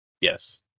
Yes